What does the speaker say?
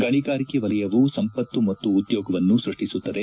ಗಣಿಗಾರಿಕೆ ವಲಯವು ಸಂಪತ್ತು ಮತ್ತು ಉದ್ಯೋಗವನ್ನು ಸೃಷ್ಟಿಸುತ್ತದೆ